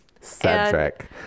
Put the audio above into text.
Cedric